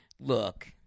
look